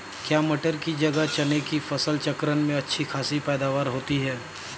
क्या मटर की जगह चने की फसल चक्रण में अच्छी खासी पैदावार होती है?